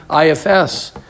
IFS